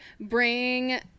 bring